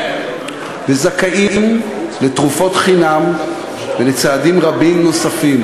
וזכאים לתרופות חינם ולצעדים רבים נוספים